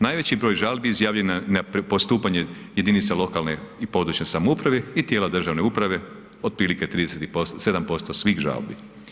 Najveći broj žalbi izjavljeno je na postupanje jedinica lokalne i područne samouprave i tijela državne uprave, otprilike 37% svih žalbi.